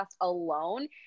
alone